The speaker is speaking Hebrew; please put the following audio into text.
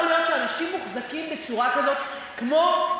להיות שאנשים מוחזקים בצורה כזאת כמו,